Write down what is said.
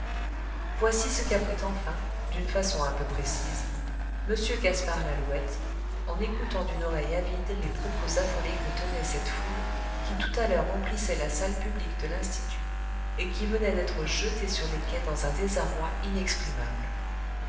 voici ce qu'apprit enfin d'une façon un peu précise m gaspard lalouette en écoutant d'une oreille avide les propos affolés que tenait cette foule qui tout à l'heure emplissait la salle publique de l'institut et qui venait d'être jetée sur les quais dans un désarroi